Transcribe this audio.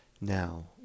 Now